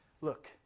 Look